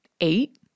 Eight